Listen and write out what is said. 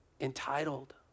entitled